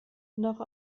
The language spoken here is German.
noch